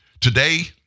Today